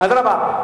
אדרבה.